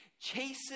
chases